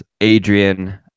Adrian